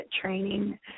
training